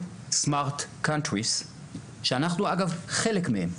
למרות שאנחנו מדינה קטנה.